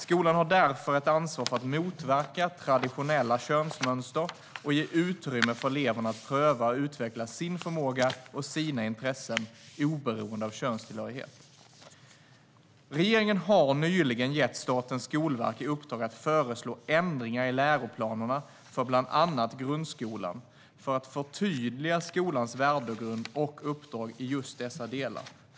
Skolan har därför ett ansvar för att motverka traditionella könsmönster och ska ge utrymme för eleverna att pröva och utveckla sin förmåga och sina intressen oberoende av könstillhörighet. Regeringen har nyligen gett Statens skolverk i uppdrag att föreslå ändringar i läroplanerna för bland annat grundskolan för att förtydliga skolans värdegrund och uppdrag i just dessa delar.